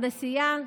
הנסיעה,